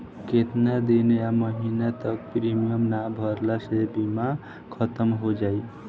केतना दिन या महीना तक प्रीमियम ना भरला से बीमा ख़तम हो जायी?